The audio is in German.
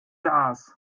gas